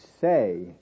say